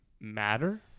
matter